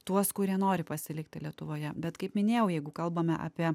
tuos kurie nori pasilikti lietuvoje bet kaip minėjau jeigu kalbame apie